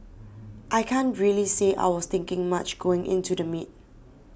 I can't really say I was thinking much going into the meet